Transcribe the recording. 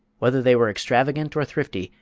whether they were extravagant or thrifty,